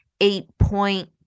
eight-point